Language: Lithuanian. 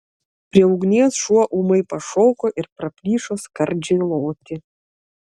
prie ugnies šuo ūmai pašoko ir praplyšo skardžiai loti